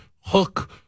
Hook